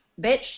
bitch